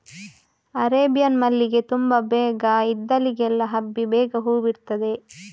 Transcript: Arabian ಮಲ್ಲಿಗೆ ತುಂಬಾ ಬೇಗ ಇದ್ದಲ್ಲಿಗೆಲ್ಲ ಹಬ್ಬಿ ಬೇಗ ಹೂ ಬಿಡ್ತದೆ